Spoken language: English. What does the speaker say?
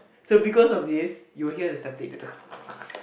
so because of this you'll hear the static the